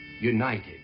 United